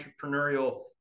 entrepreneurial